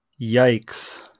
Yikes